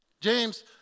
James